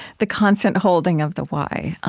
the constant holding of the why